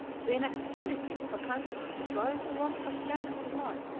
the inactivity of a conqueror betrays the loss of strength and blood,